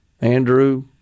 Andrew